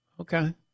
Okay